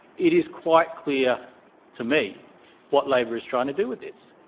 it is quite clear to me what labor is trying to do with this,